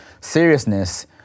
seriousness